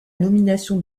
nomination